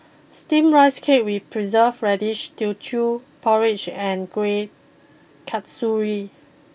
Steamed Rice Cake with Preserved Radish Teochew Porridge and Kuih Kasturi